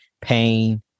pain